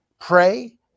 pray